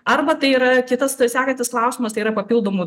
arba tai yra kitas tai sekantis klausimas tai yra papildomų